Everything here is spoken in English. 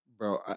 Bro